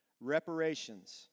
reparations